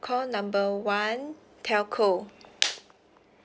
call number one telco